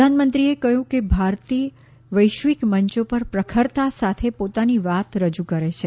પ્રધાનમંત્રીએ કહ્યું કે ભારત વૈશ્વિક મંચો પર પ્રખરતા સાથે પોતાની વાત રજૂ કરે છે